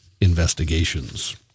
investigations